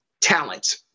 talent